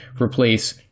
replace